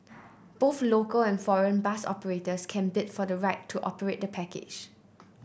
both local and foreign bus operators can bid for the right to operate the package